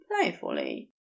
playfully